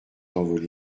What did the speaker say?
envolé